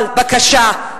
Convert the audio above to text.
אבל בקשה,